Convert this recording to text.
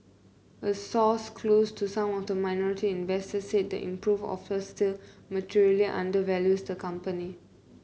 a source close to some of the minority investor said the improved offer still materially undervalues the company